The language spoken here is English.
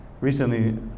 recently